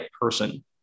person